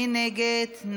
מי נגד?